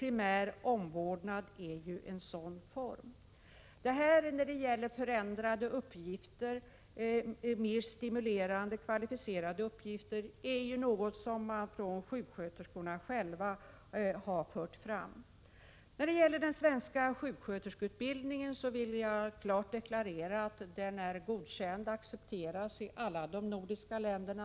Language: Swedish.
Primär omvårdnad passar in i detta mönster. Förändrade, mer stimulerande och kvalificerade uppgifter är ett krav som sjuksköterskorna själva har fört fram. När det gäller den svenska sjuksköterskeutbildningen vill jag klart deklarera att denna är godkänd av och accepteras i alla de nordiska länderna.